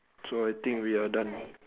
so I think we are done